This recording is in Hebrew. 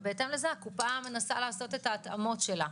ובהתאם לזה הקופה מנסה לעשות את ההתאמות שלה.